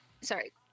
Sorry